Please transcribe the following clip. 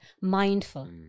mindful